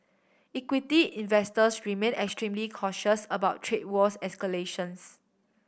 equity investors remain extremely cautious about trade wars escalations